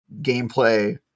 gameplay